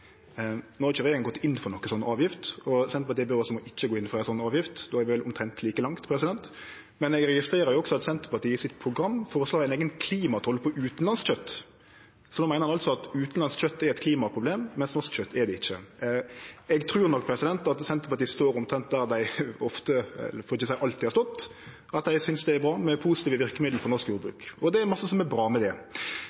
har ikkje regjeringa gått inn for noka slik avgift, og Senterpartiet ber oss om å ikkje gå inn for ei sånn avgift, då er vi vel omtrent like langt. Men eg registrerer også at Senterpartiet i programmet sitt føreslår ein eigen klimatoll på utanlandsk kjøtt. Så ein meiner altså at utanlandsk kjøtt er eit klimaproblem, mens norsk kjøtt er det ikkje. Eg trur nok at Senterpartiet står omtrent der dei ofte – for ikkje å seie alltid – har stått, at dei synest det er bra med positive verkemiddel for norsk